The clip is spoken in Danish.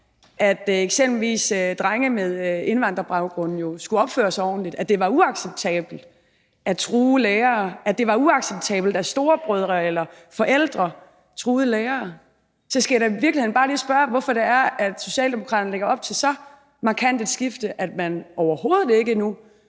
at eksempelvis drenge med indvandrerbaggrund skulle opføre sig ordentligt, at det var uacceptabelt at true lærere, at det var uacceptabelt, at storebrødre eller forældre truede lærere. Jeg skal da i virkeligheden bare lige spørge, hvorfor Socialdemokraterne lægger op til så markant et skifte, at man nu overhovedet ikke vil